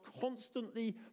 constantly